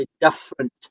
different